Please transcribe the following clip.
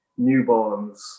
newborns